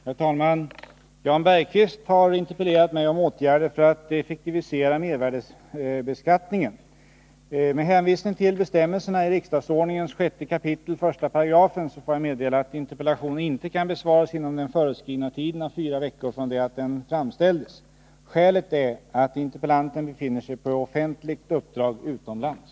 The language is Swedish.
Herr talman! Jan Bergqvist har riktat en interpellation till mig om åtgärder för att effektivisera mervärdebeskattningen. Med hänvisning till bestämmelserna i 6 kap. I § riksdagsordningen får jag meddela att interpellationen inte kan besvaras inom den föreskrivna tiden av fyra veckor från det att den framställdes. Skälet är att interpellanten befinner sig på offentligt uppdrag utomlands.